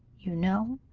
you know,